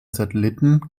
satelliten